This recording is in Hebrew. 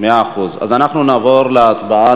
מאה אחוז, אז אנחנו נעבור להצבעה.